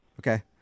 Okay